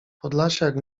podlasiak